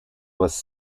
was